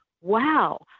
wow